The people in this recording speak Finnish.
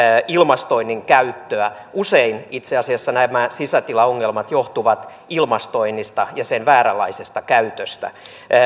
ilmastoinnin käyttöä usein itse asiassa nämä sisätilaongelmat johtuvat ilmastoinnista ja sen vääränlaisesta käytöstä